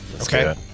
Okay